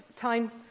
time